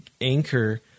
anchor